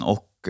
Och